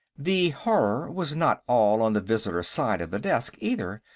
the horror was not all on the visitors' side of the desk, either.